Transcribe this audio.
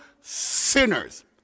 sinners